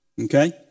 okay